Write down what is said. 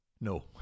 no